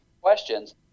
questions